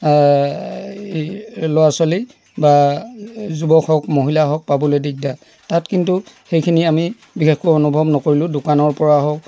ল'ৰা ছোৱালী বা যুৱক হওক মহিলা হওক পাবলৈ দিগদাৰ তাত কিন্তু সেইখিনি আমি বিশেষকৈ অনুভৱ নকৰিলোঁ দোকানৰপৰা হওক